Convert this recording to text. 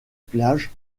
plages